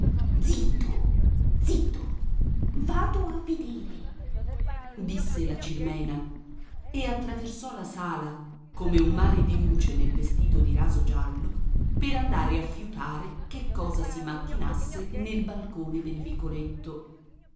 zitto zitto vado a vedere disse la cirmena e attraversò la sala come un mare di luce nel vestito di raso giallo per andare a fiutare che cosa si macchinasse nel balcone del vicoletto